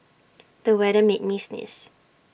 the weather made me sneeze